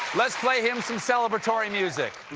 let's play him some celebratory music!